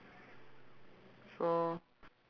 so